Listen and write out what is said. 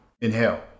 inhale